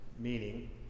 Meaning